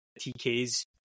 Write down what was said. TK's